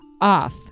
off